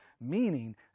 meaning